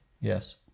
Yes